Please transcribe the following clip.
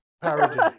parody